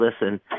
listen